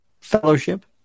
fellowship